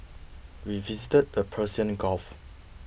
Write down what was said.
we visited the Persian Gulf